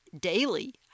daily